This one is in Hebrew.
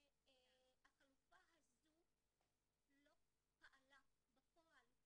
החלופה הזו לא פעלה בפועל.